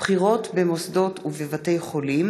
בחירות במוסדות ובבתי-חולים),